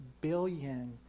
billion